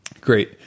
Great